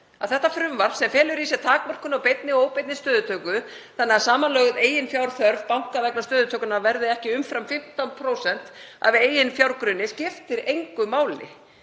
að þetta frumvarp, sem felur í sér takmörkun á beinni og óbeinni stöðutöku þannig að samanlögð eiginfjárþörf banka vegna stöðutökunnar verði ekki umfram 15% af eiginfjárgrunni, skiptir engu máli.